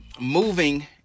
moving